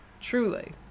truly